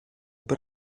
per